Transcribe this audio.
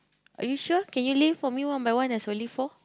are you sure can you lift for me one by one there's only four